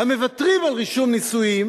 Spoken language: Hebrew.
המוותרים על רישום נישואים